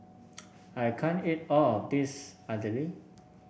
I can't eat all of this Idili